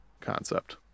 concept